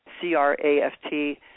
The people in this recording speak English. C-R-A-F-T